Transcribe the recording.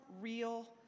real